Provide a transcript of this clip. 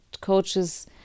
coaches